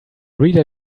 reader